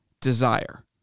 desire